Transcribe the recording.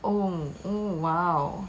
oh oh !wow!